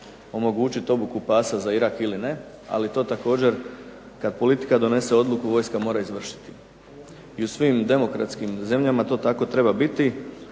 omogućiti obuku pasa za Iran ili ne ali to također kada politika donese odluku vojska mora izvršiti i u svim demokratskim zemljama to tako treba biti